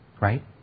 right